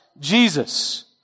Jesus